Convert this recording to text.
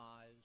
eyes